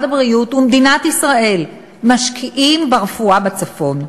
הבריאות ומדינת ישראל משקיעים ברפואה בצפון.